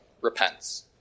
repents